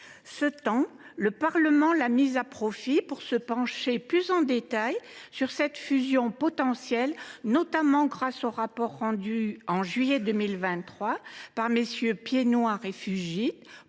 Ce temps, le Parlement l’a mis à profit pour se pencher plus en détail sur cette fusion potentielle, notamment grâce au rapport rendu en juillet 2023 par MM. Piednoir et Fugit